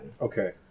Okay